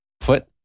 put